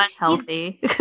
unhealthy